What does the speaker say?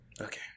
Okay